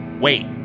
wait